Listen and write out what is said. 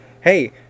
Hey